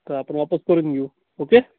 तर आपण वापस करून घेऊ ओके